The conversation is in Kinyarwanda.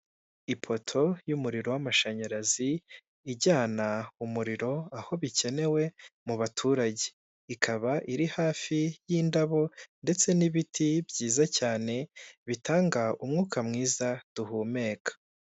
Ipoto y'umuriro w'amashanyarazi, ijyana umuriro aho bikenewe mu baturage. Ikaba iri hafi y'indabo ndetse n'ibiti byiza cyane bitanga umwuka mwiza duhumeka.